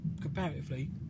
comparatively